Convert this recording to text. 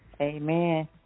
Amen